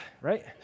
right